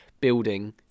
building